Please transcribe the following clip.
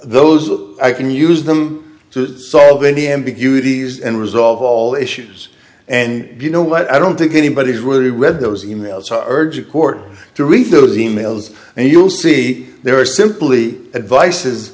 those and use them to solve any ambiguity is and resolve all issues and you know what i don't think anybody's really read those emails to urge a court to read those e mails and you'll see there are simply advice